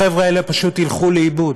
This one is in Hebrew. החבר'ה האלה פשוט ילכו לאיבוד,